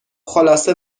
خلاصه